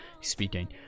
speaking